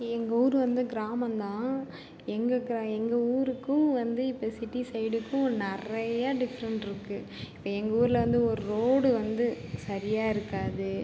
எங்கள் ஊர் வந்து கிராமம்தான் எங்கள் கிரா எங்க ஊருக்கும் வந்து இப்போது சிட்டி சைடுக்கும் நிறைய டிஃப்ரென்ட் இருக்குது இப்போ எங்கள் ஊரில் வந்து ஒரு ரோடு வந்து சரியாக இருக்காது